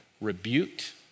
rebuked